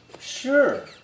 Sure